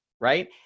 right